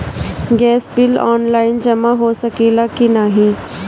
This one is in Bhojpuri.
गैस बिल ऑनलाइन जमा हो सकेला का नाहीं?